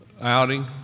outing